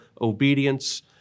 obedience